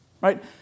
Right